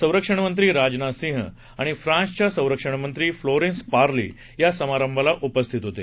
संरक्षण मंत्री राजनाथ सिंग आणि फ्रान्सचे सैन्यदल मंत्री फ्लोरेन्स पार्ली या समारंभाला उपस्थित होते